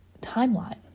timeline